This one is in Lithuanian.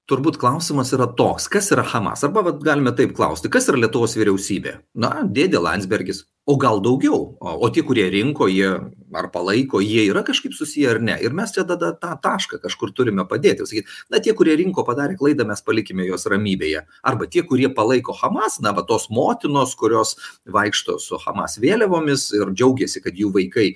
turbūt klausimas yra toks kas yra hamas arba vat galime taip klausti kas ir lietuvos vyriausybė na dėdė landsbergis o gal daugiau o o tie kurie rinko jie ar palaiko jie yra kažkaip susiję ar ne ir mes čia tada tą tašką kažkur turime padėt ir sakyt na tie kurie rinko padarė klaidą mes palikime juos ramybėje arba tie kurie palaiko hamas na va tos motinos kurios vaikšto su hamas vėliavomis ir džiaugiasi kad jų vaikai